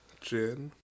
Jin